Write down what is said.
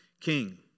king